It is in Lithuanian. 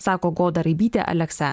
sako goda raibytė aleksa